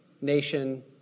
nation